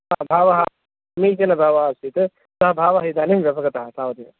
हा भावः समीचीनः भावः आसीत् सः भावः इदानीं व्यपगतः तावदेव